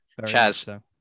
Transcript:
Chaz